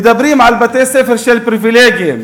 מדברים על בתי-ספר של פריבילגיים.